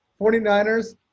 49ers